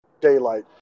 daylight